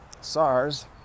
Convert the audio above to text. SARS